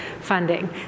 funding